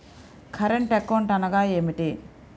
Current account అనగా ఏమిటి?